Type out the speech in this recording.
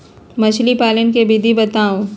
मछली पालन के विधि बताऊँ?